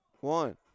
One